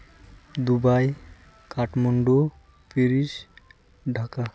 Dubai Kathmandu Paris Dhaka